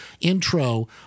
intro